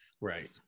right